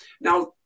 now